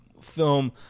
film